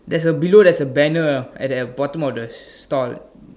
there's a below there's a banner at the bottom of the store